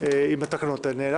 עם התקנות האלה, נאלצתי,